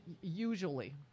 Usually